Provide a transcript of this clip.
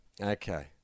Okay